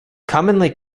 commonly